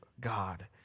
God